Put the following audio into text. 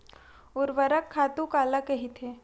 ऊर्वरक खातु काला कहिथे?